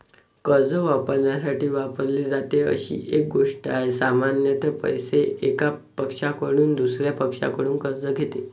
कर्ज वापरण्यासाठी वापरली जाते अशी एक गोष्ट आहे, सामान्यत पैसे, एका पक्षाकडून दुसर्या पक्षाकडून कर्ज घेते